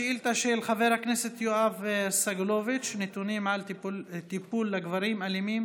השאילתה של חבר הכנסת יואב סגלוביץ' נתונים על טיפול לגברים אלימים